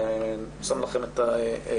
אני שם לכם את המסגרות.